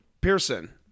Pearson